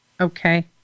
Okay